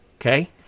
okay